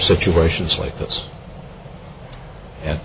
situations like this and